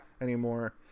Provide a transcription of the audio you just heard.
anymore